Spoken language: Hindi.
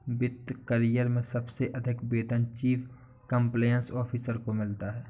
वित्त करियर में सबसे अधिक वेतन चीफ कंप्लायंस ऑफिसर को मिलता है